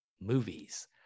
movies